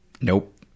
nope